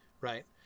Right